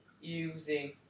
using